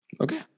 Okay